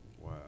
Wow